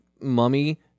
mummy